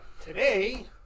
today